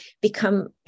become